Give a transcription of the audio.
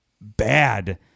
bad